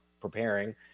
preparing